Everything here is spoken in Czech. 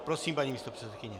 Prosím, paní místopředsedkyně.